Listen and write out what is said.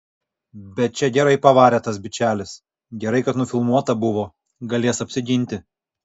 bet čia gerai pavarė tas bičelis gerai kad nufilmuota buvo galės apsiginti